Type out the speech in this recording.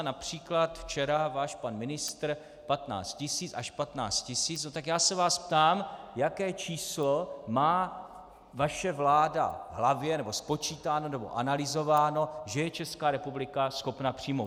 Například včera váš pan ministr až 15 tisíc, tak se vás ptám, jaké číslo má vaše vláda v hlavě nebo spočítáno nebo analyzováno, že je Česká republika schopna přijmout.